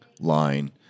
line